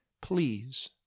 please